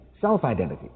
self-identity